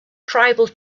tribal